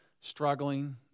struggling